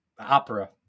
opera